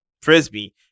frisbee